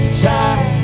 shine